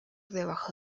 debajo